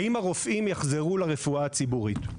האם הרופאים יחזרו לרפואה הציבורית,